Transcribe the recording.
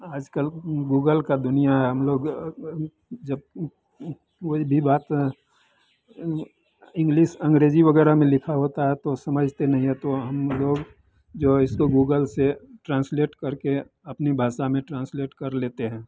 आज कल गूगल की दुनिया है हम लोग जब कोई भी बात इंग्लिस अंग्रेज़ी वग़ैरह में लिखा होता है तो समझते नहीं हैं तो हम लोग जो है इसको गूगल से ट्रान्सलेट करके अपनी भाषा में ट्रान्सलेट कर लेते हैं